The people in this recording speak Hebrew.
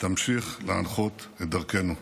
תמשיך להנחות את דרכנו.